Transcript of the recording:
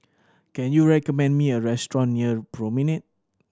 can you recommend me a restaurant near Promenade